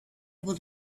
able